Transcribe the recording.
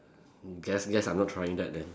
guess guess I'm not trying that then